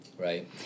Right